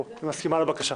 מסכימה לבקשה.